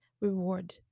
reward